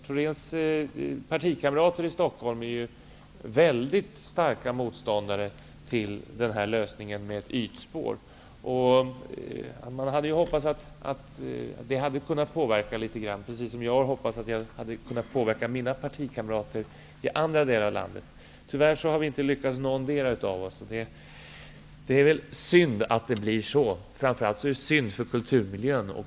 Rune Thoréns partikamrater i Stockholm är väldigt starka motståndare till lösningen med ett ytspår. Man hade hoppats att det hade kunnat påverka litet grand, precis som jag hade hoppats att jag hade kunnat påverka mina partikamrater i andra delar av landet. Tyvärr har vi inte lyckats, någondera av oss. Det är synd att det blir så, framför allt för kulturmiljön och